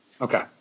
Okay